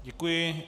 Děkuji.